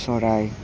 চৰাই